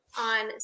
on